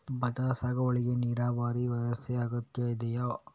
ಭತ್ತದ ಸಾಗುವಳಿಗೆ ನೀರಾವರಿ ವ್ಯವಸ್ಥೆ ಅಗತ್ಯ ಇದೆಯಾ?